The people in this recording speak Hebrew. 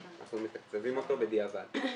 אנחנו מתקצבים אותו בדיעבד.